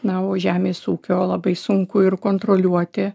na o žemės ūkio labai sunku ir kontroliuoti